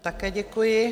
Také děkuji.